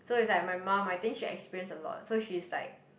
so is like my mum I think she experience a lot so she's like